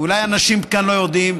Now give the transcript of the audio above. אולי אנשים כאן לא יודעים.